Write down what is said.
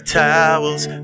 towels